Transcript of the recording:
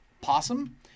Possum